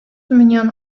milyon